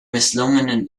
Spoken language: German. misslungenen